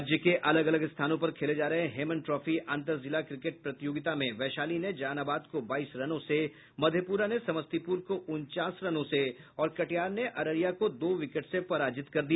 राज्य के अलग अलग स्थानों पर खेले जा रहे हेमन ट्रॉफी अंतर जिला क्रिकेट प्रतियोगिता में वैशाली ने जहानाबाद को बाईस रनों से मधेपुरा ने समस्तीपुर को उनचास रनों से और कटिहार ने अररिया को दो विकेट से पराजित कर दिया